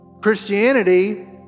Christianity